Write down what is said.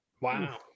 Wow